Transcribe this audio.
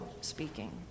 speaking